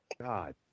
God